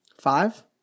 Five